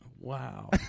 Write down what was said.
wow